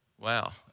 Wow